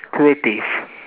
creative